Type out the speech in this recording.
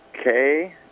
okay